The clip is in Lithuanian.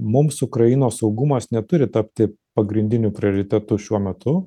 mums ukrainos saugumas neturi tapti pagrindiniu prioritetu šiuo metu